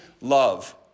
love